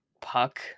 Puck